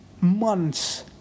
months